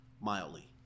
Mildly